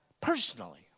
personally